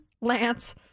Lance